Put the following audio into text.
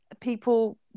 people